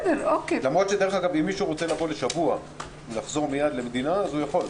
למרות שאם מישהו רוצה לבוא לשבוע ולחזור מיד למדינה אחרת הוא יכול.